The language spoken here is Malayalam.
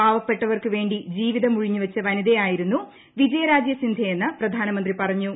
പാവപ്പെട്ടവർക്ക് വേണ്ടി ജീവിതം ഉഴിഞ്ഞുവെച്ച വനിതയായിരുന്നു വിജയ രാജ സിന്ധ്യയെന്ന് പ്രധാനമന്ത്രി പറഞ്ഞു